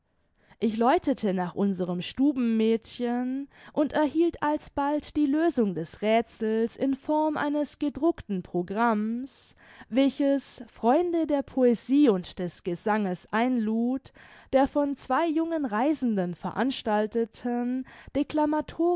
ich läutete nach unserem stubenmädchen und erhielt alsbald die lösung des räthsels in form eines gedruckten programm's welches freunde der poesie und des gesanges einlud der von zwei jungen reisenden veranstalteten